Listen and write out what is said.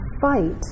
fight